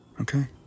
Okay